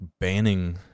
banning